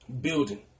building